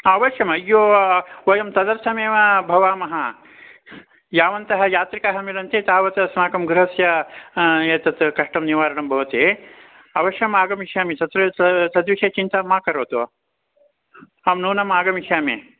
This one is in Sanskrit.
अवश्यम् अय्यो वयं तदर्थमेव भवामः यावन्तः यात्रिकाः मिलन्ति तावत् अस्माकं गृहस्य एतत् कष्टं निवारणं भवति अवश्यम् आगमिष्यामि तत्र तद् तद्विषये चिन्तां मा करोतु अहं नूनमागमिष्यामि